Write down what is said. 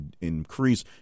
increase